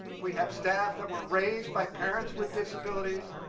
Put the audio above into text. we have staff that were raised by parents with disabilities.